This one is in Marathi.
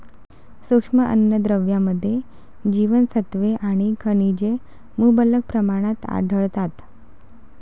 सूक्ष्म अन्नद्रव्यांमध्ये जीवनसत्त्वे आणि खनिजे मुबलक प्रमाणात आढळतात